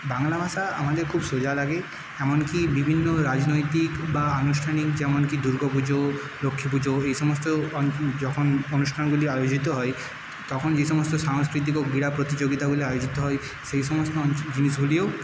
বাংলা ভাষা আমাদের খুব সোজা লাগে এমনকি বিভিন্ন রাজনৈতিক বা আনুষ্ঠানিক যেমন কি দুর্গোপুজো লক্ষ্মীপুজো এই সমস্ত যখন অনুষ্ঠানগুলি যখন আয়োজিত হয় তখন যে সমস্ত সাংস্কৃতিক ও ক্রীড়া প্রতিযোগিতাগুলি আয়োজিত হয় সেই সমস্ত জিনিসগুলোও